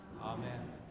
amen